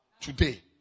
today